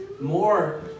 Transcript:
more